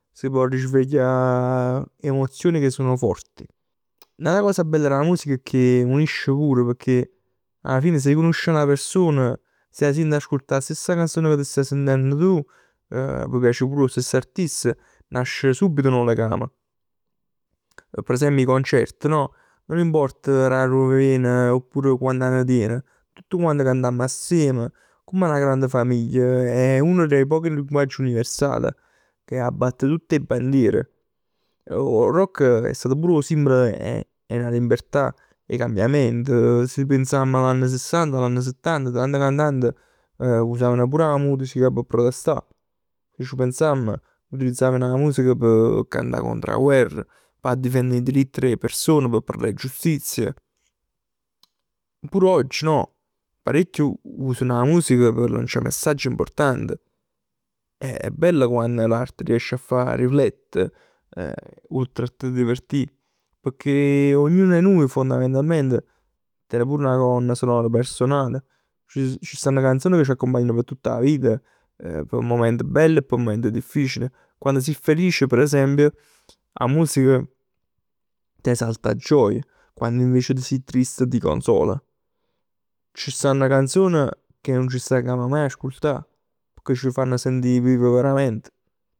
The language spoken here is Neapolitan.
Ti pò risveglia emozioni che so forti. N'ata cosa bella d' 'a musica è che unisce pure pecchè alla fine si conosci a 'na persona, se s'ascolta 'a stessa canzone ca t' staje sentenn tu. Ti piace pur 'o stesso artista, nasce subito nu legam. Per esempio 'e concert no? Non importa arò vien, oppure quant'anni tien, tutt quant cantamm assiem come a 'na grande famiglia. È uno dei pochi linguaggi universal che abbatte tutt 'e bandier. 'O rock è stato pur 'o simbol 'e 'a libertà, 'e cambiament, si pensamm 'a l'anni sessanta, 'a l'anni settanta, 'e cantanti usavano pure 'a musica p' protestà. Si ci pensamm usavan 'a musica p' cantà contro 'a guerr. P' difendere 'e diritt d' 'e person. P' parlà 'e giustizia. Pure oggi no? Parecchi usano 'a musica p' lancià messaggi important. È bello quann l'arte riesce a fa riflette, oltre a t'divertì. Pecchè ognuno 'e nuje fondamentalment ten' pur 'na storia soja personal. Ci stanno canzon ca c' accumpagnan p' tutt 'a vita. P' mument belli e p' mument difficil. Quann si felic per esempio, 'a musica t' esalta gioia, quann si triste invece t' consola. Ci stanno canzoni che nun c' stancan maje d'ascoltà, pecchè c' fann sentì vivo veramente.